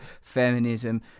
feminism